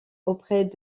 auprès